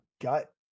gut